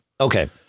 Okay